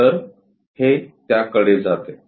तर हे त्याकडे जाते